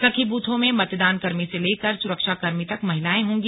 सखी बूथों में मतदानकर्मी से लेकर सुरक्षाकर्मी तक महिलाएं होंगी